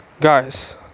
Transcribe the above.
Guys